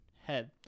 head